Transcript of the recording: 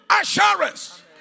assurance